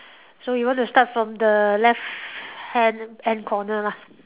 so you want to start from the left hand hand corner lah